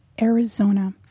Arizona